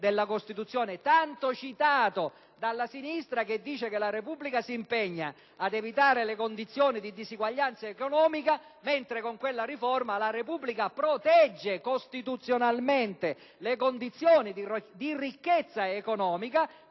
della Costituzione, tanto citato dalla sinistra, ove si afferma che la Repubblica si impegna ad evitare le condizioni di disuguaglianza economica, mentre con quella riforma la Repubblica protegge costituzionalmente le condizioni di ricchezza economica,